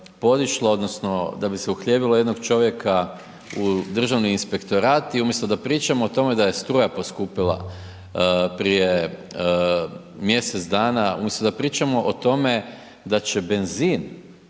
podišlo, odnosno da bi se uhljebilo jednog čovjeka u Državni inspektorat i umjesto da pričamo o tome da je struja poskupila prije mjesec dana, umjesto da pričamo o tome da će benzin